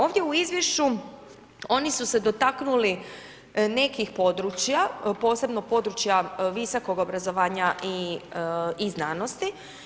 Ovdje u izvješću oni su se dotaknuli nekih područja, posebno područja visokog obrazovanja i znanosti.